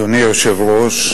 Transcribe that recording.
אדוני היושב-ראש,